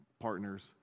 partners